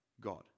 God